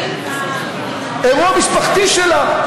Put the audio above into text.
אירוע משפחתי שלה,